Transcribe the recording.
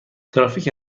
ترافیک